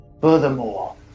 Furthermore